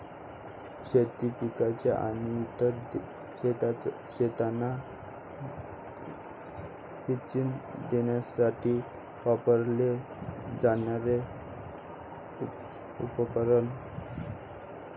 शेती पिकांना आणि इतर शेतांना सिंचन देण्यासाठी वापरले जाणारे उपकरण